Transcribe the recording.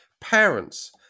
parents